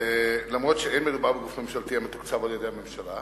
למרות שלא מדובר בגוף ממשלתי המתוקצב על-ידי הממשלה,